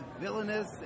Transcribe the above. villainous